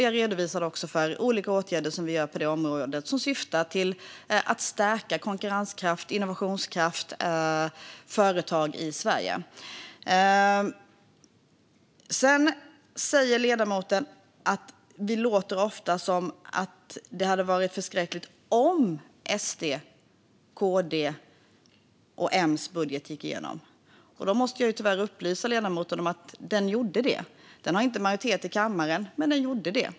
Jag redovisade också olika åtgärder som vi gör på det området som syftar till att stärka konkurrenskraft och innovationskraft hos företag i Sverige. Sedan säger ledamoten att det ofta låter som att det hade varit förskräckligt om SD:s, KD:s och M:s budget gick igenom. Då måste jag tyvärr upplysa ledamoten om att den gjorde det. Den har inte majoritet i kammaren, men den gjorde det.